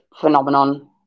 phenomenon